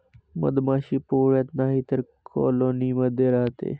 मधमाशी पोळ्यात नाहीतर कॉलोनी मध्ये राहते